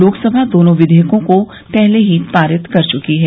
लोकसभा दोनों विधेयकों को पहले ही पारित कर चुकी है